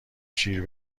شیر